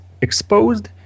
exposed